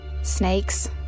Snakes